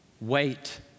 wait